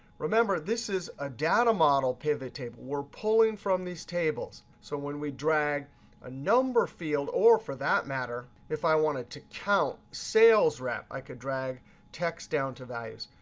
remember, this is a data model pivot table. we're pulling from these tables. so when we drag a number field or for that matter, if i wanted to count salesrep, i could drag text down to values.